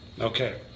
Okay